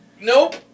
nope